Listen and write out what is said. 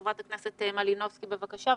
ח"כ מלינובסקי, בבקשה.